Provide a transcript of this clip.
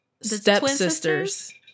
stepsisters